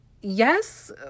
yes